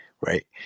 right